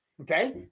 Okay